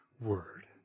word